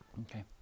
Okay